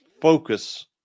focus